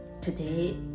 Today